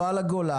לא על הגולן,